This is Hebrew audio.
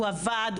הוא עבד,